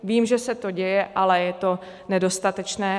Vím, že se to děje, ale je to nedostatečné.